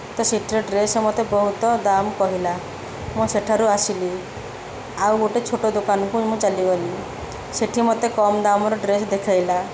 ତ ସେଠିରେ ଡ୍ରେସ୍ ମୋତେ ବହୁତ ଦାମ୍ କହିଲା ମୁଁ ସେଠାରୁ ଆସିଲି ଆଉ ଗୋଟେ ଛୋଟ ଦୋକାନକୁ ମୁଁ ଚାଲିଗଲି ସେଇଠି ମୋତେ କମ୍ ଦାମ୍ର ଡ୍ରେସ୍ ଦେଖାଇଲା